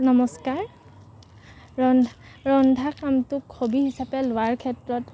নমস্কাৰ ৰন্ধ ৰন্ধা কামটোক হবি হিচাপে লোৱাৰ ক্ষেত্ৰত